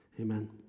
Amen